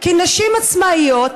כי נשים עצמאיות